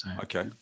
Okay